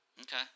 Okay